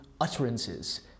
utterances